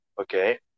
Okay